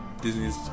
Disney's